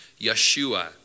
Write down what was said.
Yeshua